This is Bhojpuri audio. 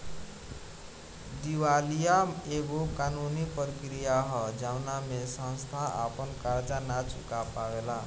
दिवालीया एगो कानूनी प्रक्रिया ह जवना में संस्था आपन कर्जा ना चूका पावेला